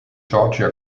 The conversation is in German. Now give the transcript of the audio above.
georgia